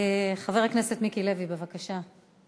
חבר הכנסת מיקי לוי, בבקשה.